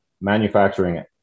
manufacturing